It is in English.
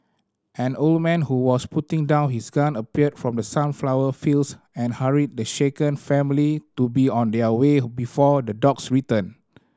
an old man who was putting down his gun appeared from the sunflower fields and hurried the shaken family to be on their way before the dogs return